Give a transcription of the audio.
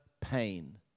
pain